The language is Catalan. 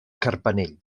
carpanell